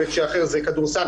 זה כדורסל,